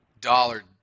dollar